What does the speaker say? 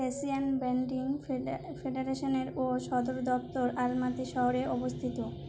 Asian বেন্টিং ফেডারেশনের ও সদর দপ্তর আলমাতি শহরে অবস্থিত